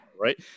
right